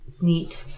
neat